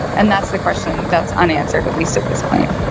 and that's the question that's unanswered, at least at this point